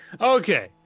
okay